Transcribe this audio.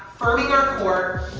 firming our core.